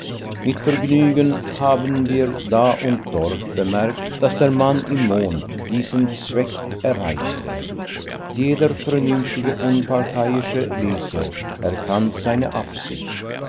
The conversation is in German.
mit vergnügen haben wir da und dort bemerkt daß der mann im mond diesen zweck erreichte jeder vernünftige unparteiische leser erkannte seine absicht